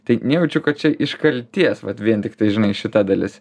tai nejaučiu kad čia iš kaltės vat vien tiktai žinai šita dalis